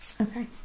Okay